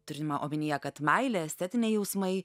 turima omenyje kad meilė estetiniai jausmai